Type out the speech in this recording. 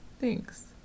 Thanks